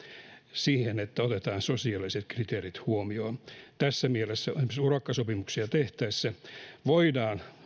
siihen että otetaan sosiaaliset kriteerit huomioon tässä mielessä esimerkiksi urakkasopimuksia tehtäessä voidaan